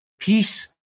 Peace